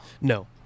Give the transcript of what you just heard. no